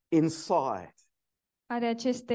inside